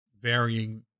varying